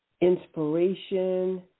inspiration